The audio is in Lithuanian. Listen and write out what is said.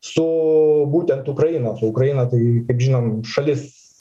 su būtent ukrainos ukraina tai žinom šalis